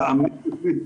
תאמינו לי,